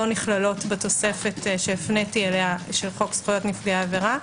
נכללות בתוספת שהפניתי אליה של חוק זכויות נפגעי עבירה.